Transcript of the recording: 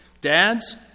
Dads